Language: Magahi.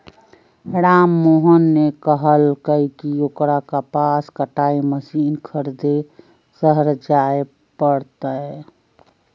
राममोहन ने कहल कई की ओकरा कपास कटाई मशीन खरीदे शहर जाय पड़ तय